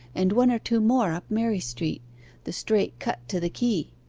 and one or two more up mary street the straight cut to the quay.